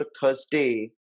Thursday